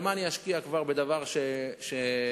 למה אני אשקיע בדבר שהוא גמור,